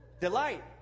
Delight